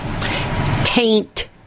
taint